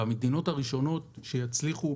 המדינות הראשונות שיצליחו